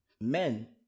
men